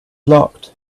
blocked